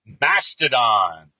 Mastodon